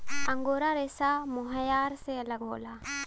angora रेसा mohair से अलग होला